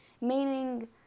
Meaning